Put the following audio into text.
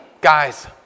Guys